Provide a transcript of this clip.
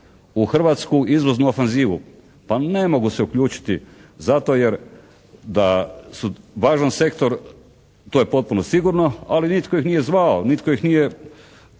u hrvatsku izvoznu ofenzivu? Pa ne mogu se uključiti zato jer da su važan sektor to je potpuno sigurno, ali nitko ih nije zvao, nitko ih nije,